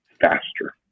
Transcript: faster